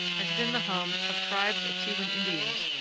has been the home of tribes of tewan indians,